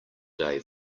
day